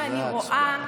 שאני רואה,